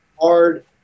hard